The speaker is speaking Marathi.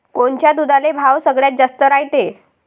कोनच्या दुधाले भाव सगळ्यात जास्त रायते?